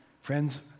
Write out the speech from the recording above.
Friends